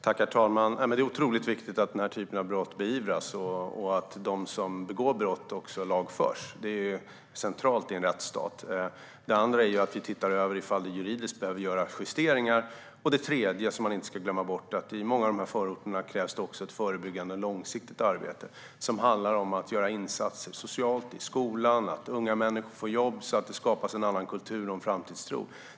Herr talman! Det är otroligt viktigt att denna typ av brott beivras och att de som begår brott också lagförs. Det är centralt i en rättsstat. Det andra är att vi ser över ifall det juridiskt behöver göras justeringar. Det tredje, som man inte ska glömma bort, är att det i många av dessa förorter också krävs ett förebyggande långsiktigt arbete. Det handlar om att göra insatser socialt och i skolan och se till att unga människor får jobb så att det skapas en annan kultur och en framtidstro.